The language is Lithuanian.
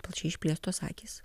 plačiai išplėstos akys